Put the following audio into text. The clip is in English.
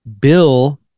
Bill